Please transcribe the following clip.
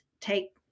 take